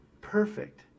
perfect